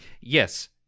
Yes